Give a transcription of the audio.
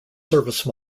service